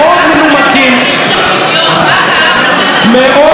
מאוד מנומקים,